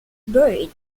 buried